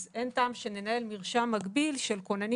אז אין טעם שננהל מרשם מקביל של כוננים